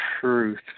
truth